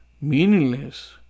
Meaningless